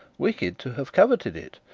wicked to have coveted it,